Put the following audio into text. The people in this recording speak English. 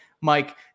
Mike